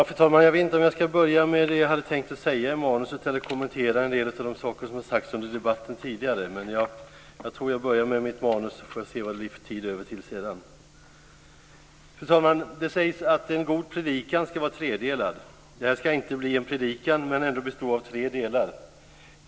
Fru talman! Jag vet inte om jag ska börja med det jag hade tänkt säga i manuset eller kommentera en del av de saker som har sagts under debatten tidigare. Men jag tror att jag börjar med mitt manus så får vi se vad det blir för tid över sedan. Fru talman! Det sägs att en god predikan ska vara tredelad. Det här ska inte bli en predikan, men det består ändå av tre delar.